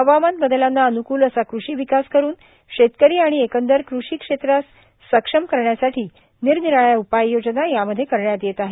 हवामान बदलांना अनुकूल असा कृषी विकास करुन शेतकरी आणि एकंदर कृषी क्षेत्रास सक्षम करण्यासाठी निरनिराळ्या उपाययोजना यामध्ये करण्यात येत आहेत